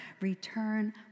return